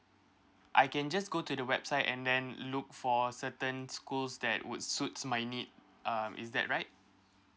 I can just go to the website and then look for certain schools that would suits my need um is that right